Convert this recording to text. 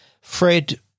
Fred